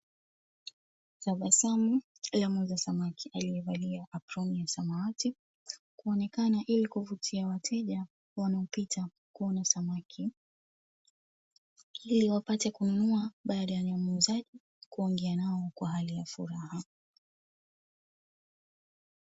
Tabasamu la muuza samaki aliyevalia aproni ya samawati kuonekana ili kuvutia wateja wanaopita kuona samaki, iliwapate kununua baada ya muuzaji kuongea nao kwa hali ya furaha.